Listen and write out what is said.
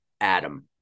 adam